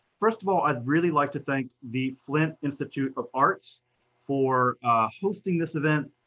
first of all, i'd really like to thank the flint institute of arts for hosting this event.